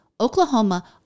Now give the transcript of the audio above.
Oklahoma